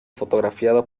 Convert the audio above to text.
fotografiada